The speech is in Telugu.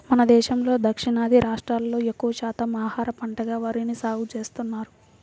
మన దేశంలో దక్షిణాది రాష్ట్రాల్లో ఎక్కువ శాతం ఆహార పంటగా వరిని సాగుచేస్తున్నారు